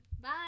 Bye